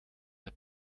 der